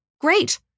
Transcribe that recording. Great